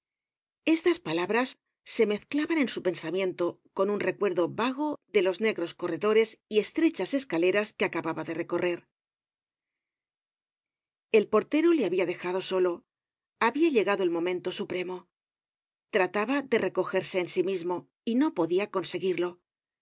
estas palabras se mezclaban en su pensamiento con un recuerdo vago de los negros corredores y estrechas escaleras que acababa de recorrer el portero le habia dejado solo habia llegado el momento supremo trataba de recogerse en sí mismo y no podia conseguirlo